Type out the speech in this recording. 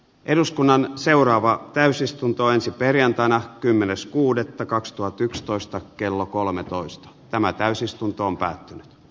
eduskunnan seuraava täysistunto ensi perjantaina kymmenes kuudetta kakstuhatyksitoista kello kolmetoista tämä täysistuntoon jo tapahtunut